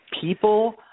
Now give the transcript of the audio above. People